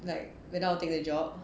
like whether I'll take the job